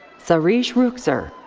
sahrish rukhsar.